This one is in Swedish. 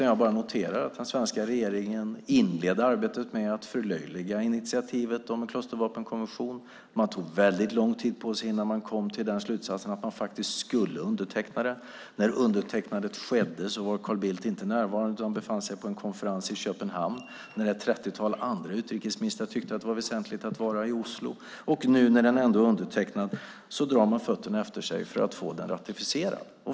Jag noterar att den svenska regeringen inledde arbetet med att förlöjliga initiativet om klustervapenkonventionen. Man tog lång tid på sig innan man kom till den slutsatsen att man faktiskt skulle underteckna den. När undertecknandet skedde var Carl Bildt inte närvarande utan befann sig på en konferens i Köpenhamn; ett trettiotal andra utrikesministrar tyckte att det var väsentligt att vara i Oslo. Nu när den är undertecknad drar man fötterna efter sig för att få den ratificerad.